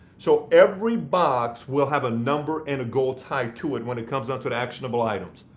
so every box will have a number and a goal tied to it when it comes down to to actionable items.